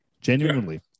Genuinely